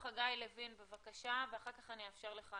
אני חושב שיש את הכוח לעשות את זה פה,